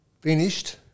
finished